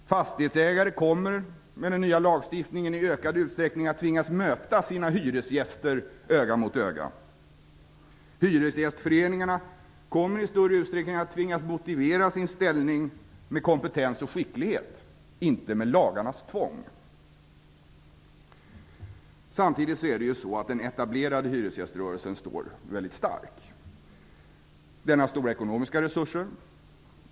Fastighetsägare kommer med den nya lagstiftningen i ökad utsträckning att tvingas möta sina hyresgäster öga mot öga. Hyresgästföreningarna kommer i större utsträckning att tvingas motivera sin ställning med kompetens och skicklighet, inte med lagarnas tvång. Samtidigt står den etablerade hyresgäströrelsen mycket stark. Den har stora ekonomiska resurser.